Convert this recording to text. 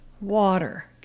water